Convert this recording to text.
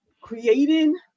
creating